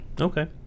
Okay